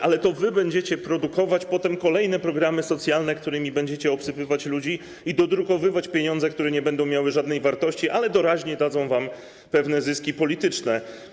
Ale wy będziecie produkować potem kolejne programy socjalne, którymi będziecie obsypywać ludzi, i dodrukowywać pieniądze, które nie będą miały żadnej wartości, ale doraźnie dadzą wam pewne zyski polityczne.